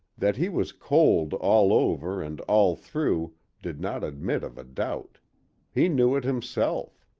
that he was cold all over and all through did not admit of a doubt he knew it himself.